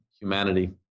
humanity